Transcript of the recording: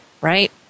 right